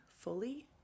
fully